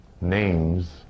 names